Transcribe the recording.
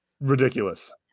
Ridiculous